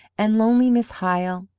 and lonely miss hyle,